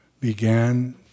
began